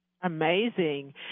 Amazing